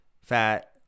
fat